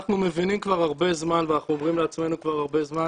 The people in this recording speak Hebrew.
אנחנו מבינים כבר הרבה זמן ואנחנו אומרים לעצמנו כבר הרבה זמן